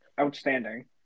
outstanding